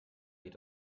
geht